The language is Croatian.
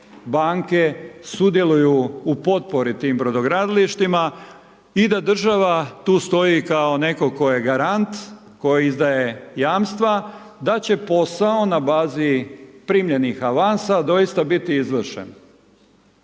banke sudjeluju u potpori tim brodogradilištima i da država tu stoji kao netko tko je garant, tko izdaje jamstva, da će posao na bazi primljenih avansa, doista biti izvršen.